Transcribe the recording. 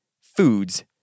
foods